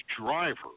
driver